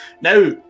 Now